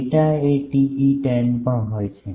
beta એ TE10 પણ હોય છે